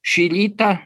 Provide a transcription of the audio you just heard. šį rytą